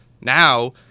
now